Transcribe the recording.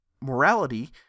morality